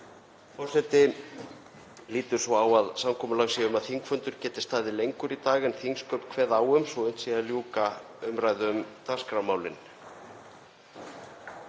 Forseti lítur svo á að samkomulag sé um að þingfundur geti staðið lengur í dag en þingsköp kveða á um svo unnt sé að ljúka umræðu um dagskrármálin.